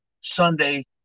Sunday